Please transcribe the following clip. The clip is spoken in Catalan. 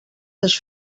més